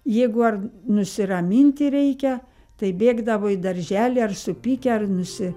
jeigu ar nusiraminti reikia tai bėgdavo į darželį ar supykę ar nusi